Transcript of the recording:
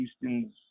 Houston's